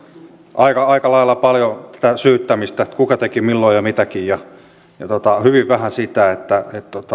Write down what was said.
aika aika lailla paljon syyttämistä kuka teki milloin ja mitäkin ja hyvin vähän sitä että